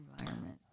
Environment